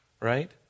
right